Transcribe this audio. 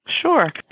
Sure